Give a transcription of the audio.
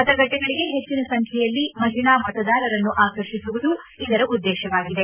ಮತಗಟ್ಟಿಗಳಿಗೆ ಹೆಚ್ಚನ ಸಂಖ್ಯೆಯಲ್ಲಿ ಮಹಿಳಾ ಮತದಾರರನ್ನು ಆಕರ್ಷಿಸುವುದು ಇದರ ಉದ್ದೇಶವಾಗಿದೆ